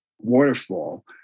waterfall